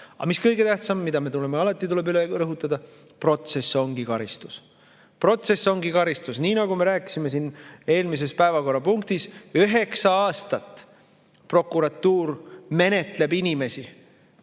Aga mis kõige tähtsam, mida alati tuleb üle rõhutada – protsess ongi karistus. Protsess ongi karistus, nii nagu me rääkisime ka siin eelmises päevakorrapunktis. Üheksa aastat prokuratuur menetleb inimest